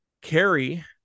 Carrie